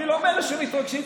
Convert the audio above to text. אני לא מאלה שמתרגשים,